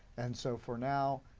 and so for now,